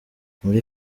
muri